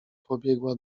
pobiegła